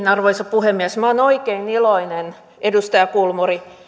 arvoisa puhemies minä olen oikein iloinen edustaja kulmuni